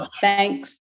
thanks